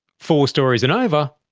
four storeys and over,